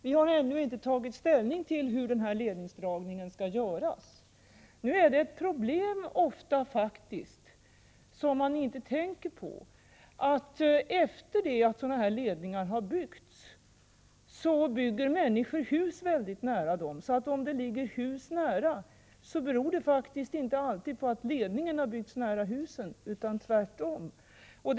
Vi har ännu inte tagit ställning till hur den här ledningsdragningen skall göras. Nu är det faktiskt ofta ett problem, som man inte tänker på, att efter det att sådana här ledningar har dragits, så bygger människor hus väldigt nära ledningarna. Om det ligger hus nära en ledning, beror det således inte alltid på att ledningen har byggts nära husen, utan det kan förhålla sig tvärtom.